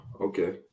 okay